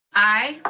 aye.